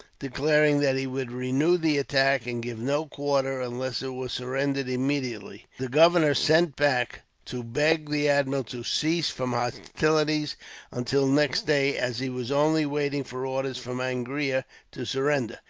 declaring that he would renew the attack, and give no quarter, unless it was surrendered immediately. the governor sent back to beg the admiral to cease from hostilities until next day, as he was only waiting for orders from angria to surrender.